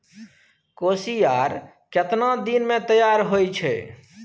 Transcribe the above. कोसियार केतना दिन मे तैयार हौय छै?